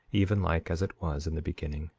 even like as it was in the beginning.